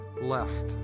left